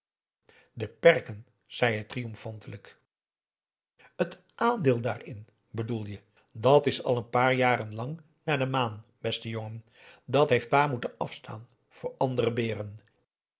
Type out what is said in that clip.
de perken zei hij triomfantelijk het aandeel daarin bedoel je dàt is al n paar jaren lang naar de maan beste jongen dat heeft pa moeten afstaan voor andere beren